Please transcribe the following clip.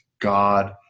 God